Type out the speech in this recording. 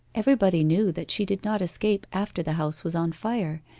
everybody knew that she did not escape after the house was on fire,